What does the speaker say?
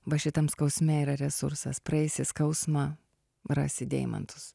va šitam skausme yra resursas praeisi skausmą rasi deimantus